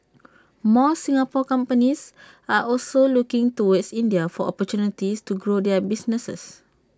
more Singapore companies are also looking towards India for opportunities to grow their businesses